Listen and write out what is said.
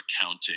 accounting